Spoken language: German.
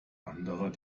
anderer